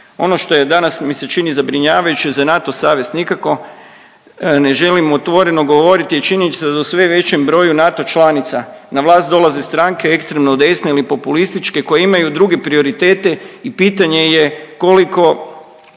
Ono što je danas mi se čini zabrinjavajuće za NATO savez, nikako ne želimo otvoreno govoriti je činjenica za sve većem broju NATO članica. Na vlast dolaze stranke ekstremno desne ili populističke koje imaju druge prioritete i pitanje je koliko